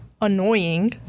annoying